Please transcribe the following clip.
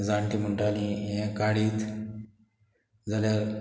जाणटी म्हणटाली हे काडीत जाल्यार